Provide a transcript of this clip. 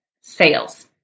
sales